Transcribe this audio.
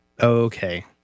okay